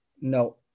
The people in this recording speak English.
No